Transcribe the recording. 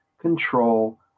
control